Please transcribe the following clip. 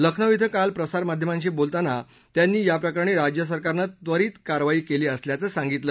लखनौ इथं काल प्रसार माध्मांशी बोलताना त्यांनी याप्रकरणी राज्यसरकारनं त्वरित कारवाई केली असलयाचं सांगितलं